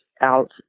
out